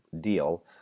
deal